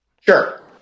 Sure